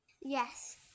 Yes